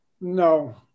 No